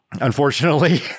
unfortunately